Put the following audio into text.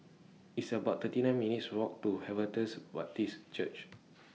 It's about thirty nine minutes' Walk to Harvester Baptist Church